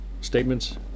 statements